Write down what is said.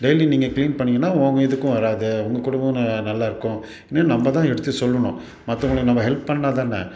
டெய்லியும் நீங்கள் க்ளீன் பண்ணிங்கன்னால் உங்க இதுக்கும் வராது உங்கள் குடும்பமும் ந நல்லாயிருக்கும் னு நம்ம தான் எடுத்து சொல்லணும் மற்றவங்களுக்கு நம்ம ஹெல்ப் பண்ணிணா தானே